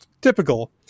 typical